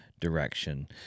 direction